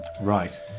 Right